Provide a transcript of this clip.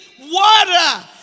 water